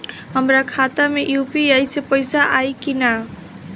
हमारा खाता मे यू.पी.आई से पईसा आई कि ना?